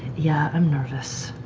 yeah, i'm nervous.